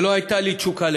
ולא הייתה לי תשוקה